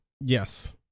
Yes